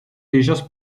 tiges